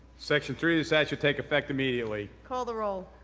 section three, this act shall take effect immediately. call the roll.